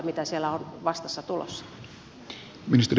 mitä siellä on vastassa tulossa